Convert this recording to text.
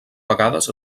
vegades